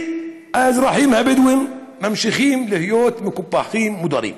והאזרחים הבדואים ממשיכים להיות מקופחים ומודרים?